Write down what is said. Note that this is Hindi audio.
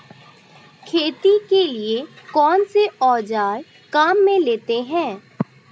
खेती के लिए कौनसे औज़ार काम में लेते हैं?